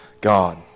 God